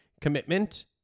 commitment